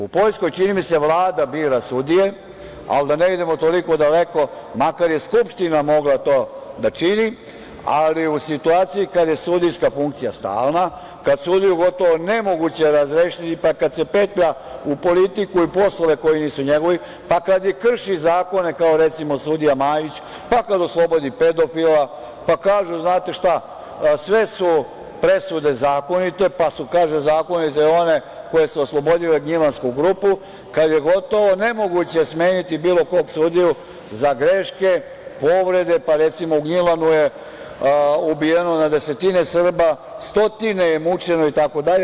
U Poljskoj, čini mi se, Vlada bira sudije, ali da ne idemo toliko daleko, makar je Skupština mogla to da čini, ali u situaciji kada sudijska funkcija stalna, kada je sudiju gotovo nemoguće razrešiti, kada se petlja u politiku i poslove koji nisu njegovi, pa kada i krši zakone kao recimo sudija Majić, pa kada oslobodi pedofila, pa kaže – znate šta, sve su presude zakonite, pa su zakonite i one koje su oslobodile Gnjilansku grupu, kada je gotovo nemoguće smeniti bilo kog sudiju za greške, povrede, pa recimo u Gnjilanu je ubijeno na desetine Srba, stotine je mučeno itd.